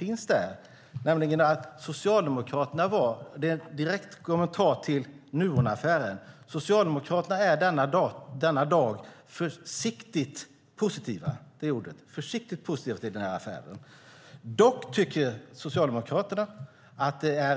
I en direkt kommentar till Nuonaffären står det där att Socialdemokraterna är försiktigt positiva till affären. Dock tycker Socialdemokraterna att det är